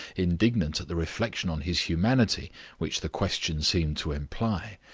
indignant at the reflection on his humanity which the question seemed to imply.